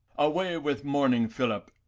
away with mourning, phillip,